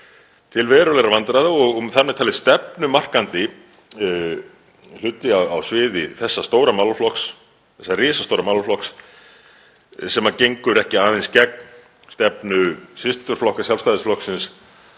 til verulegra vandræða og þar með talið stefnumarkandi hluti á sviði þessa stóra málaflokks, þessa risastóra málaflokks sem gengur ekki aðeins gegn stefnu systurflokka Sjálfstæðisflokksins